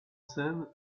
scène